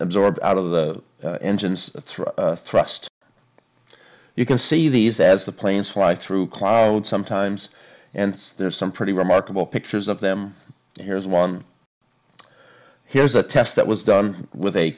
absorbed out of the engines through thrust you can see these as the planes fly through clouds sometimes and there's some pretty remarkable pictures of them here's one here's a test that was done with a